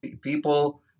People